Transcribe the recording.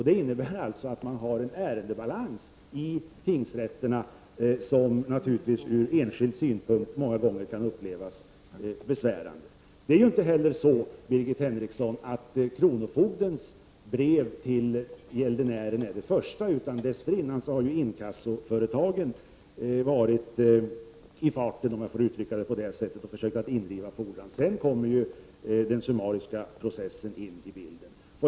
Det innebär att man har en ärendebalans på tingsrätterna som naturligtvis från den enskildes synpunkt många gånger kan upplevas som besvärande. Kronofogdens brev till gäldenären, Birgit Henriksson, är inte det första steget. Dessförinnan har inkassoföretagen varit i farten — om jag får uttrycka mig på det sättet — och försökt driva in fordran. Därefter kommer den summariska processen in i bilden.